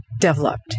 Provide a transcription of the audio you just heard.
developed